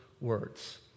words